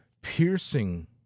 piercing